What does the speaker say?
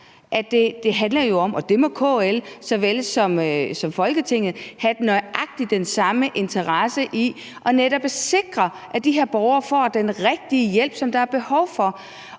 Det handler jo om – og det må KL såvel som Folketinget have den nøjagtig samme interesse i netop at sikre – at de her borgere får den rigtige hjælp, som der er behov for,